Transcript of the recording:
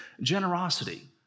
Generosity